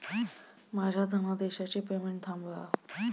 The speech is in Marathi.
माझ्या धनादेशाचे पेमेंट थांबवा